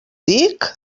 dic